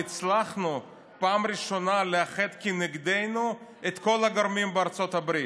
והצלחנו פעם ראשונה לאחד כנגדנו את כל הגורמים בארצות הברית,